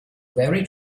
very